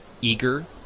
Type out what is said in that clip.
eager